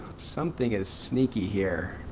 something is sneaky here.